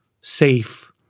safe